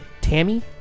Tammy